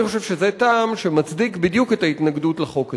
אני חושב שזה טעם שמצדיק בדיוק את ההתנגדות לחוק הזה.